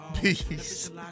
Peace